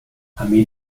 armee